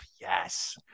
Yes